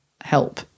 help